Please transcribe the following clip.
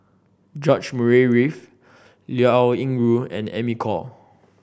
George Murray Reith Liao Yingru and Amy Khor